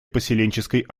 поселенческой